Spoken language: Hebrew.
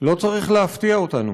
לא צריך להפתיע אותנו.